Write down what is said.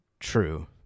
true